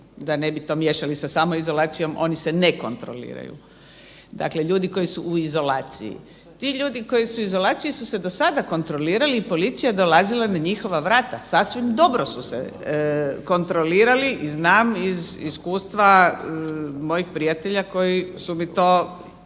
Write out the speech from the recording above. da ne bi to miješali sa samoizolacijom, oni se ne kontroliraju, dakle ljudi koji su u izolaciji. Ti ljudi koji su u izolaciji su se do sada kontrolirali i policija je dolazila na njihova vrata, sasvim dobro su se kontrolirali i znam iz iskustva mojih prijatelja koji su mi to